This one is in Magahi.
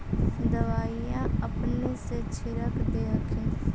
दबइया अपने से छीरक दे हखिन?